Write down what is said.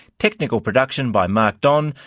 technical production by mark don,